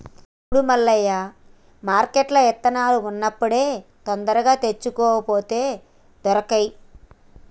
సూడు మల్లయ్య మార్కెట్ల ఇత్తనాలు ఉన్నప్పుడే తొందరగా తెచ్చుకో లేపోతే దొరకై